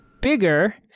bigger